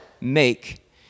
make